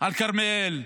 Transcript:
על הכרמל,